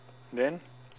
then